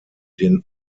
den